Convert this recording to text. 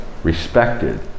respected